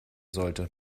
sollte